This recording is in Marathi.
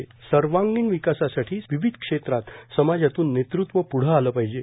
समाजाच्या सर्वांगीण विकासासाठी विविध क्षेत्रांत समाजातून नेतृत्व प्ढं आलं पाहिजे